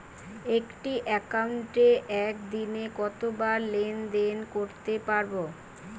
একটি একাউন্টে একদিনে কতবার লেনদেন করতে পারব?